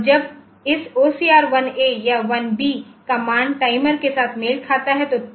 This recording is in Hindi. जब इस OCR1 A या 1B का मान टाइमर के साथ मेल खाता है